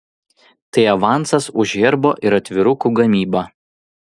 tai avansas už herbo ir atvirukų gamybą